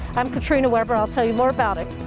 i'm katrina webber. i'll tell you more about it.